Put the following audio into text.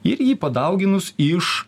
ir jį padauginus iš